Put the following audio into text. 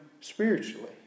spiritually